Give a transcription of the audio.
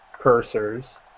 cursors